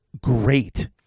great